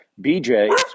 BJ